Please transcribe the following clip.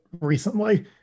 recently